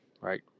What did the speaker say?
right